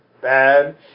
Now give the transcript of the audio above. bad